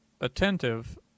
attentive